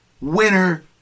Winner